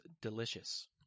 delicious